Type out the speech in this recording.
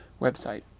website